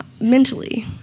mentally